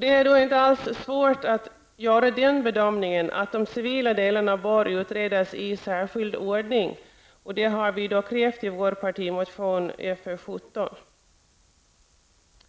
Det är inte alls svårt att göra bedömningen att de civila delarna bör utredas i särskild ordning, något som vi också har krävt i vår partimotion Fö17.